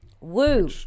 Woo